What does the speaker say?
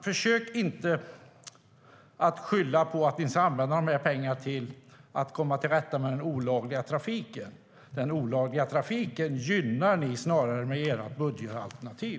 Försök inte skylla på att ni ska använda pengarna för att komma till rätta med den olagliga trafiken! Snarare gynnar ni den olagliga trafiken genom ert budgetalternativ.